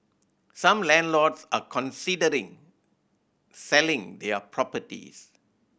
some landlords are considering selling their properties